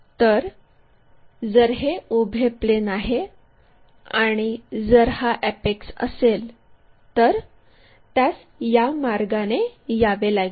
तर जर हे उभे प्लेन आहे आणि जर हा अॅपेक्स असेल तर त्यास या मार्गाने यावे लागेल